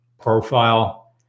profile